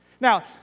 Now